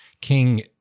King